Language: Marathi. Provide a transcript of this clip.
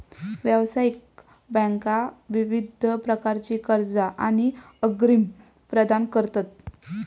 व्यावसायिक बँका विविध प्रकारची कर्जा आणि अग्रिम प्रदान करतत